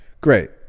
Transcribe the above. Great